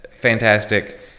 Fantastic